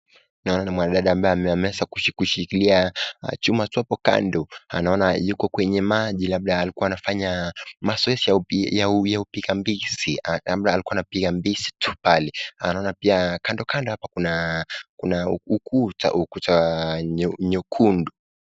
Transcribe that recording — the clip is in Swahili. Naona ni mwanadada ambaye ameweza kushikilia chuma hapo kando. Anaona yuko kwenye maji. Labda alikuwa anafanya mazoezi ya upigaji mbizi. Labda alikuwa anapiga mbizi tu pale. Anaona pia kandokando hapa kuna kuna ukuta, ukuta wa nyekundu.